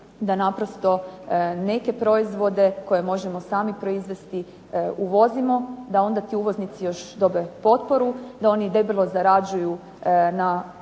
da naprosto neke proizvode koje možemo sami proizvesti uvozimo, da onda ti uvoznici još dobe potporu, da oni debelo zarađuju na toj